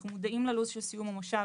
אנחנו מודעים ללו"ז של סיום המושב,